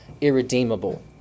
irredeemable